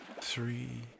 three